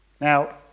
Now